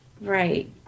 Right